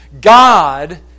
God